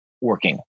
working